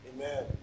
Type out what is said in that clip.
Amen